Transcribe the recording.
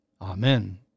Amen